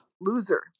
loser